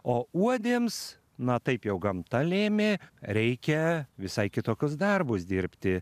o uodėms na taip jau gamta lėmė reikia visai kitokius darbus dirbti